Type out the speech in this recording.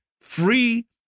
free